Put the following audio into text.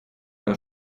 war